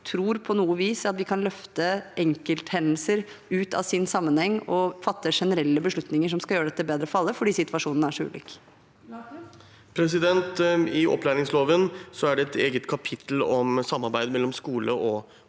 mot på noe vis å tro at vi kan løfte enkelthendelser ut av sin sammenheng og fatte generelle beslutninger som skal gjøre dette bedre for alle, for situasjonene er så ulike. Himanshu Gulati (FrP) I opplæringslo- ven er det et eget kapittel om samarbeid mellom skole og